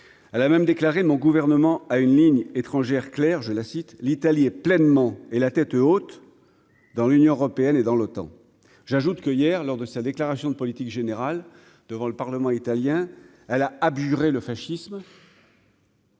elle a même déclaré, mon gouvernement a une ligne étrangères clair, je la cite : l'Italie est pleinement et la tête haute dans l'Union européenne et dans l'OTAN, j'ajoute que, hier, lors de sa déclaration de politique générale devant le Parlement italien, elle a abjuré le fascisme.